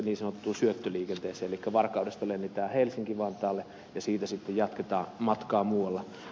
elikkä varkaudesta lennetään helsinki vantaalle ja siitä sitten jatketaan matkaa muualle